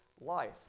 life